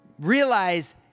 realize